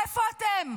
איפה אתם?